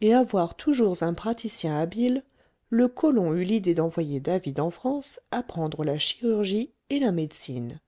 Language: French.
et avoir toujours un praticien habile le colon eut l'idée d'envoyer david en france apprendre la chirurgie et la médecine